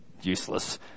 useless